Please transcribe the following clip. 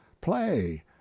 play